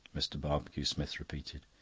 mr. barbecue-smith repeated.